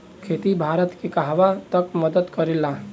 खेती भारत के कहवा तक मदत करे ला?